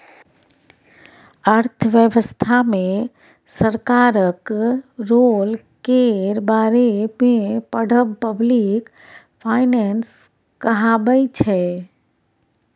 अर्थव्यवस्था मे सरकारक रोल केर बारे मे पढ़ब पब्लिक फाइनेंस कहाबै छै